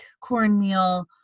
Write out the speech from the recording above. cornmeal